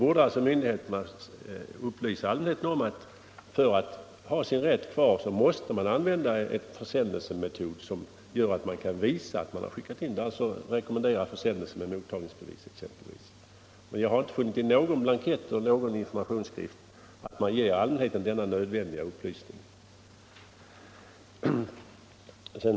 Myndigheterna borde därför upplysa allmänheten om att för att ha sin rätt kvar måste man använda en försändelsemetod som gör att man kan visa att man har skickat in sin anmälan, t.ex. rekommenderad försändelse med mottagningsbevis. Men jag har inte funnit att det på någon blankett eller i någon informationsskrift har givits sådana nödvändiga upplysningar till allmänheten.